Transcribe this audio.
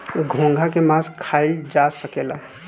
घोंघा के मास खाइल जा सकेला